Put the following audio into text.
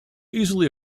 easily